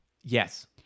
Yes